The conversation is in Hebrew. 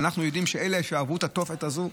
אנחנו יודעים שאלה שעברו את התופת הזאת,